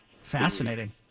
fascinating